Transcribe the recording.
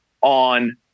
on